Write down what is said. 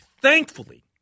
thankfully